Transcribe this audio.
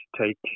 take